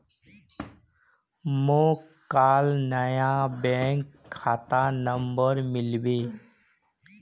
मोक काल नया बैंक खाता नंबर मिलबे